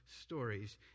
stories